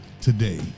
today